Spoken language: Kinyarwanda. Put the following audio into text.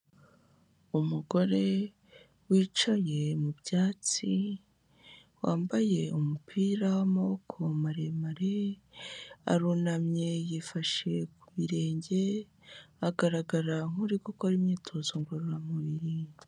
Umugore wicaye mu byatsi, wambaye umupira w'amaboko maremare, arunamye yifashe ku birenge, agaragara nk'uri gukora imyitozo ngororamubiri.